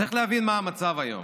צריך להבין מה המצב היום.